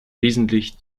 wesentlich